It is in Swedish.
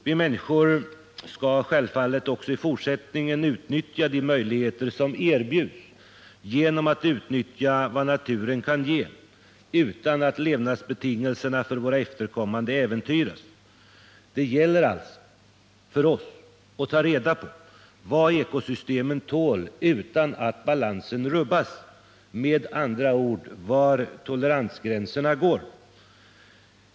Vi människor skall självfallet också i fortsättningen utnyttja de möjligheter som erbjuds genom att tillvarata vad naturen kan ge utan att levnadsbetingelserna för våra efterkommande äventyras. Det gäller alltså för oss att ta reda på vad ekosystemen tål utan att balansen rubbas — med andra ord var toleransgränserna går.